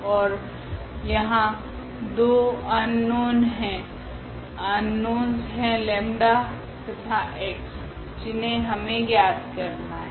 ओर यहाँ दो अननोनस है 𝜆 तथा x जिनहे हमे ज्ञात करना है